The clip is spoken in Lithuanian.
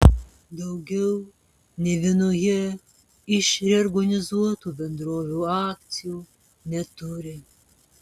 daugiau nė vienoje iš reorganizuotų bendrovių akcijų neturi